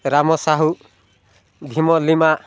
ରାମ ସାହୁ ଘିମ ଲିମା